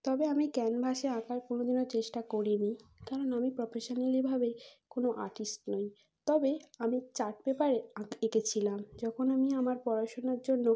তবে আমি ক্যানভাসে আঁকার কোনোদিনও চেষ্টা করিনি কারণ আমি প্রফেশনালিভাবে কোনো আর্টিস্ট নই তবে আমি চার্ট পেপারে আঁক এঁকেছিলাম যখন আমি আমার পড়াশুনার জন্য